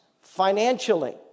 financially